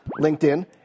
LinkedIn